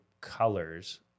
colors